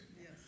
Yes